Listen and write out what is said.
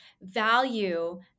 value